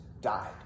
died